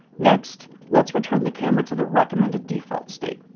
next, let's return the camera to the recommended default state.